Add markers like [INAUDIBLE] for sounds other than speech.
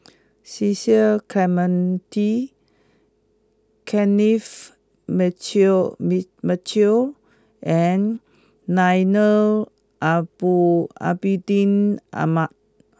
Cecil Clementi Kenneth Mitchell meat Mitchell and [UNINTELLIGIBLE] Abidin Ahmad